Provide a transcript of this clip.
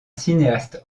cinéaste